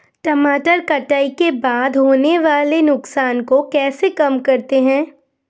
टमाटर कटाई के बाद होने वाले नुकसान को कैसे कम करते हैं?